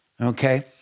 Okay